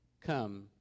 come